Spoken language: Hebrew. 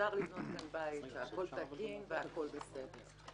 שאפשר לבנות כאן בית והכול תקין והכול בסדר.